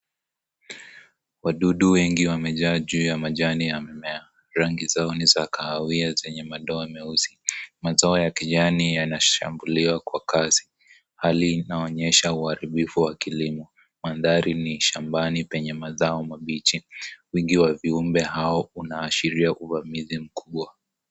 Wadudu wengi wamejaa juu ya majani ya mimea. Rangi zao ni za kahawia zenye madoa meusi. Mazao ya kijani yanashambuliwa kwa Kasi. Hali inaonyesha uharibifu wa kilimo. Maandhari ni shambani penye mazao mabichi. Wengi wa viumbe hao inaashiria uharibifu mkubwa.